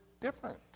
different